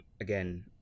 again